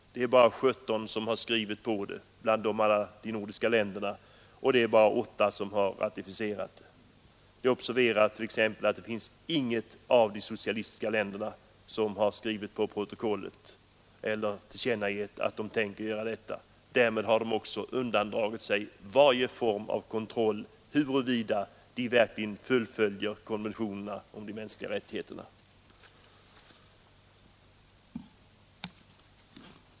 Det är bara 17 som har skrivit under protokollet, bland dem alla de nordiska länderna, och det är bara åtta som har ratificerat det. Det är t.ex. att observera att inget av de socialistiska länderna har skrivit på protokollet eller tillkännagivit att de tänker göra det. Därmed har de också undandragit sig varje form av kontroll av huruvida de fullföljer konventionerna om de mänskliga rättigheterna.